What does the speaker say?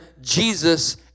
Jesus